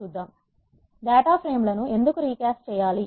data frame లను ఎందుకు recast చేయాలి